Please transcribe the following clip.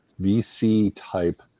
VC-type